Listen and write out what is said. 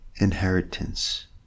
inheritance